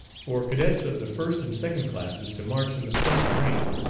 for cadets of the first and second classes to march in the front rank,